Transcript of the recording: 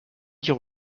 dire